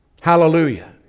Hallelujah